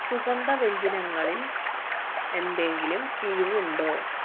സുഗന്ധവ്യഞ്ജനങ്ങളിൽ എന്തെങ്കിലും കിഴിവ് ഉണ്ടോ